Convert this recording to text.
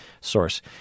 source